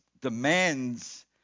demands